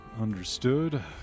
understood